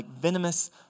venomous